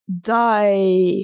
Die